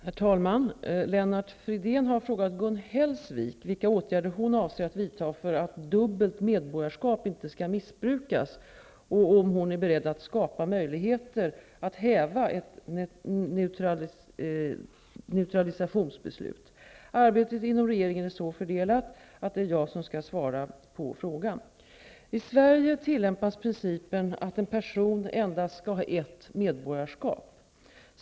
Herr talman! Lennart Fridén har frågat Gun Hellsvik vilka åtgärder hon avser att vidta för att dubbelt medborgarskap inte skall missbrukas och om hon är beredd att skapa möjligheter att häva ett naturalisationsbeslut. Arbetet inom regeringen är så fördelat att det är jag som skall svara på frågan. I Sverige tillämpas principen att en person endast skall ha ett medborgarskap.